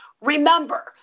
Remember